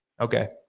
Okay